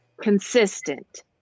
consistent